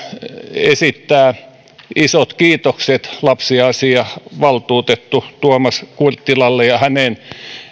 esittää isot kiitokset lapsiasiavaltuutettu tuomas kurttilalle ja hänen